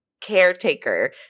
Caretaker